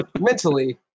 mentally